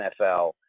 NFL